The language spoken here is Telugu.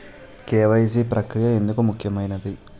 కే.వై.సీ ప్రక్రియ ఎందుకు ముఖ్యమైనది?